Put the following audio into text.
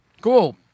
cool